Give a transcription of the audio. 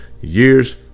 Years